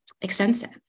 extensive